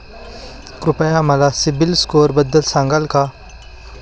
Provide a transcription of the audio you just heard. कृपया मला सीबील स्कोअरबद्दल सांगाल का?